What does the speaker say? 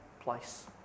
place